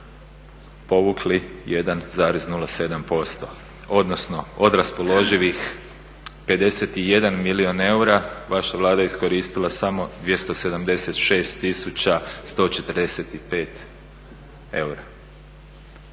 povukli 1,07% odnosno od raspoloživih 51 milijun eura vaša Vlada je iskoristila samo 276 145 eura.